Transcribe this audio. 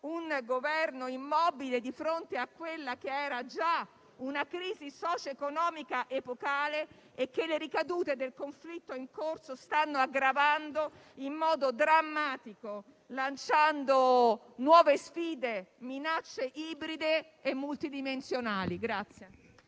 un Governo immobile di fronte a quella che era già una crisi socioeconomica epocale, che le ricadute del conflitto in corso stanno aggravando in modo drammatico, lanciando nuove sfide, minacce ibride e multidimensionali.